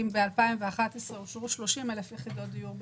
אם ב-2011 אושרו 30,000 יחידות דיור בשנה,